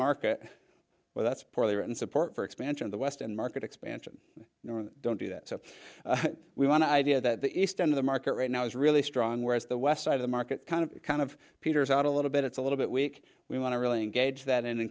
market well that's poorly written support for expansion of the west and market expansion don't do that so we want to idea that the east end of the market right now is really strong whereas the west side of the market kind of kind of peters out a little bit it's a little bit weak we want to really engage that